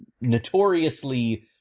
notoriously